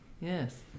Yes